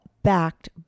backed